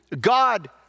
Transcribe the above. God